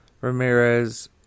Ramirez